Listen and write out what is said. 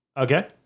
Okay